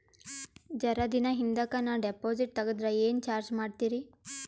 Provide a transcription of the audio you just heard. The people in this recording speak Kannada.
ಜರ ದಿನ ಹಿಂದಕ ನಾ ಡಿಪಾಜಿಟ್ ತಗದ್ರ ಏನ ಚಾರ್ಜ ಮಾಡ್ತೀರಿ?